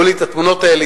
הראו לי את התמונות האלה,